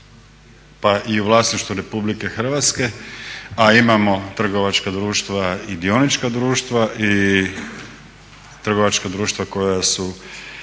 pa i vlasništvu Republike Hrvatske, a imamo trgovačka društva i dionička društva i trgovačka društva koja su